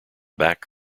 back